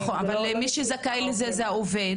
נכון אבל מי שזכאי לזה זה העובד.